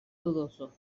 dudoso